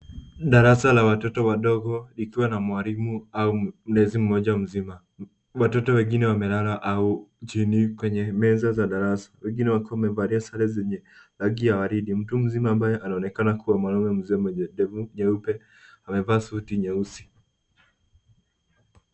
Darasa la watoto wadogo likiwa na mwalimu au mlezi mmoja mzima. Watoto wengine walela au chini kwenye meza za darasa wengine wakiwa wamevalia sare zenye rangi ya waridi. Mtu mzima ambaye anaonekana kuwa mzee mwenye ndevu nyeupe amevaa suti nyeusi.